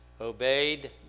obeyed